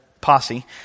posse